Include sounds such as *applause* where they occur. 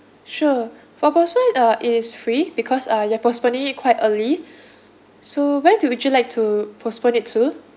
sure for postpone uh it is free because uh you are postponing it quite early *breath* so where do would you like to postpone it to